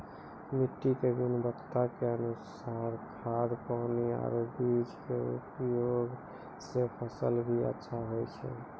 मिट्टी के गुणवत्ता के अनुसार खाद, पानी आरो बीज के उपयोग सॅ फसल भी अच्छा होय छै